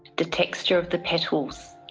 the texture of the petals.